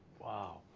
Wow